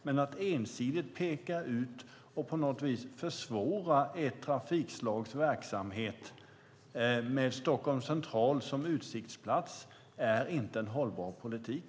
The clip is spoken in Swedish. Men att ensidigt peka ut ett trafikslag och att på något vis försvåra ett trafikslags verksamhet med Stockholms central som utsiktspunkt är inte en hållbar politik.